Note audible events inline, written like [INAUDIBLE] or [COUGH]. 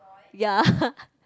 ya [LAUGHS]